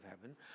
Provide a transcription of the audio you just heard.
heaven